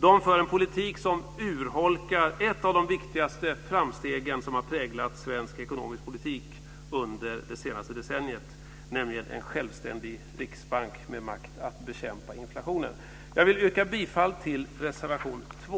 De för en politik som urholkar ett av de viktigaste framstegen som har präglat svensk ekonomisk politik under det senaste decenniet, nämligen en självständig riksbank med makt att bekämpa inflationen. Jag vill yrka bifall till reservation 2.